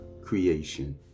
creation